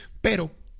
pero